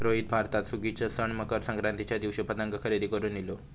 रोहित भारतात सुगीच्या सण मकर संक्रांतीच्या दिवशी पतंग खरेदी करून इलो